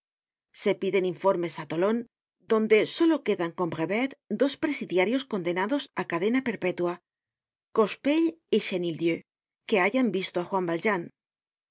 se piden informes á tolon donde solo quedan con brevet dos presidiarios condenados á cadena perpétua cochepaille y chenildieu que hayan visto á juan valjean